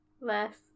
Less